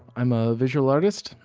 i'm a visual artist,